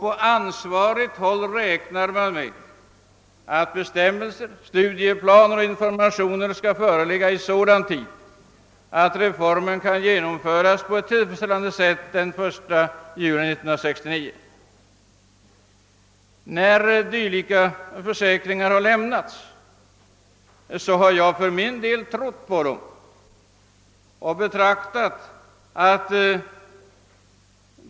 På ansvarigt håll räknar man vidare med att bestämmelser, studieplaner och information skall föreligga i tid för att reformen skall kunna börja genomföras på ett tillfredsställande 'sätt från den 1 juli 1969. När dylika försäkringar har lämnats har jag för min del trott på dem.